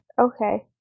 Okay